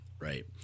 Right